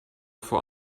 vor